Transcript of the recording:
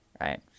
right